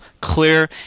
clear